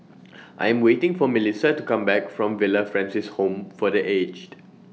I Am waiting For Milissa to Come Back from Villa Francis Home For The Aged